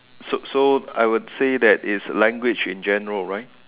so so I would say that it's language in general right